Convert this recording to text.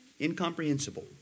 Incomprehensible